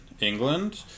England